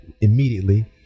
immediately